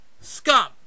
scum